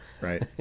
Right